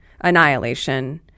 annihilation